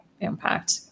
impact